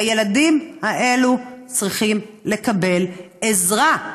הילדים האלה צריכים לקבל עזרה,